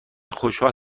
خوشحال